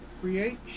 Create